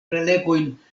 prelegojn